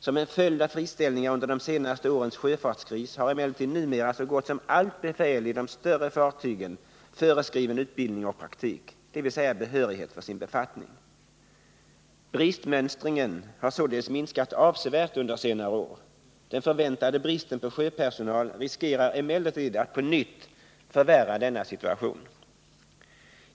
Som en följd av friställningar under de senaste årens sjöfartskris har emellertid numera så gott som allt befäl i de större fartygen föreskriven utbildning och praktik, dvs. behörighet för sin befattning. Bristmönstringen har således minskat avsevärt under senare år. Den förväntade bristen på sjöpersonal riskerar emellertid att på nytt förvärra denna situation.